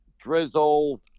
drizzle